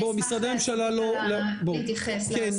משרדי הממשלה לא --- אני רוצה להתייחס --- כן,